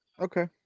Okay